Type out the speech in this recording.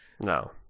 no